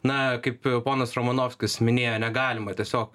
na kaip ponas romanovskis minėjo negalima tiesiog